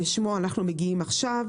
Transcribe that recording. שלשמו אנחנו מגיעים עכשיו,